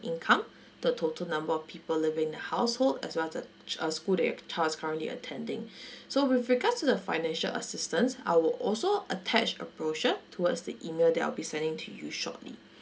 income the total number of people living in the household as well as the school that your child's currently attending so with regards to the financial assistance I'll also attach a brochure towards the email that I'll be sending to you shortly